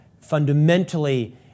fundamentally